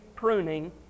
pruning